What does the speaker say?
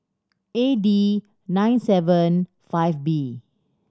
A D nine seven five B